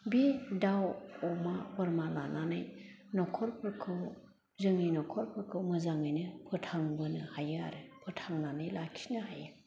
बे दाउ अमा बोरमा लानानै नखरफोरखौ जोंनि नखरफोरखौ मोजाङैनो फोथांबोनो हायो आरो फोथांनानै लाखिनो हायो